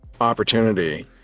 opportunity